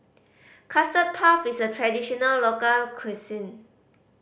Custard Puff is a traditional local cuisine